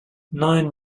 nine